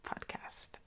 podcast